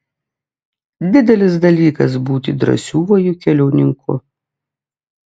didelis dalykas būti drąsiuoju keliauninku